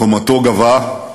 קומתו גבהה,